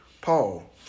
Paul